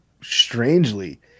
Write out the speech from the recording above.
strangely